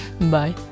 Bye